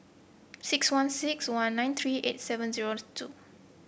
six one six one nine three eight seven zero two